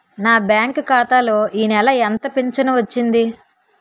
నా బ్యాంక్ ఖాతా లో ఈ నెల ఎంత ఫించను వచ్చింది?